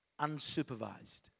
unsupervised